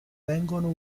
vengono